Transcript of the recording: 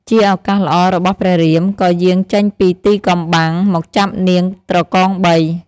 ជាឱកាសល្អរបស់ព្រះរាម ក៏យាងចេញពីទីកំបាំងមកចាប់នាងប្រកងបី។